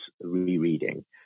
rereading